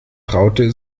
traute